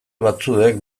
batzuek